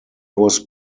was